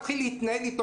ההוא מתחיל להגיד לו,